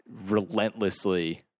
relentlessly